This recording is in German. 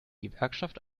gewerkschaft